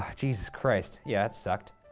jesus christ, yeah, it sucked.